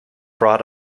brought